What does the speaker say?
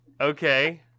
Okay